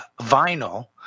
vinyl